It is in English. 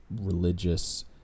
religious